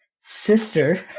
sister